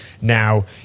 Now